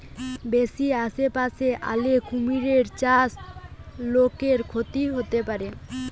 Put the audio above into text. বেশি আশেপাশে আলে কুমির চাষে লোকর ক্ষতি হতে পারে